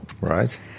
Right